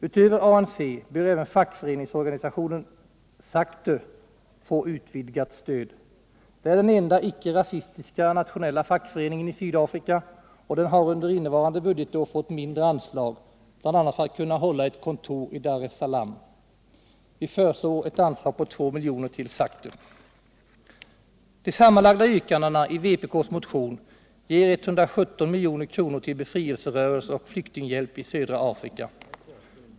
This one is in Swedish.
Utöver ANC bör även fackföreningsorganisationen SACTU få utvidgat stöd. Den är den enda icke-rasistiska nationella fackföreningen i Sydafrika, och den har under innevarande budgetår fått mindre anslag, bl.a. för att kunna hålla ett kontor i Dar-es-Salaam. Vi föreslår ett anslag på 2 miljoner till SACTU. De sammanlagda yrkandena i vpk:s motion ger 117 milj.kr. till befrielserörelser och flyktinghjälp i södra Afrika.